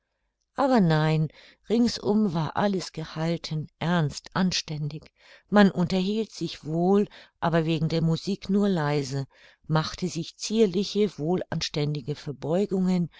aber nein ringsum war alles gehalten ernst anständig man unterhielt sich wohl aber wegen der musik nur leise machte sich zierliche wohlanständige verbeugungen